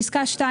בפסקה (2)